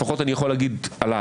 לפחות אני יכול להגיד עליי,